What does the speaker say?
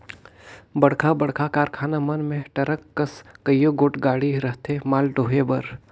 बड़खा बड़खा कारखाना मन में टरक कस कइयो गोट गाड़ी रहथें माल डोहे बर